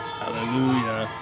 hallelujah